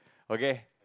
okay